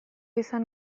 izan